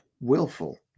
willful